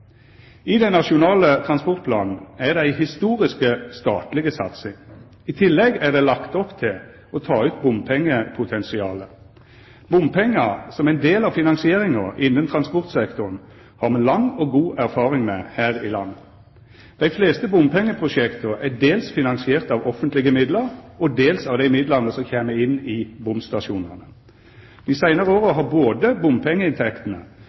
I den nasjonale transportplanen er det ei historisk statleg satsing. I tillegg er det lagt opp til å ta ut bompengepotensialet. Bompengar som ein del av finansieringa innan transportsektoren har me lang og god erfaring med her i landet. Dei fleste bompengeprosjekta er dels finansierte av offentlege midlar, og dels av dei midlane som kjem inn i bomstasjonane. Dei seinare åra har både bompengeinntektene